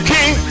King